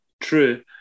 true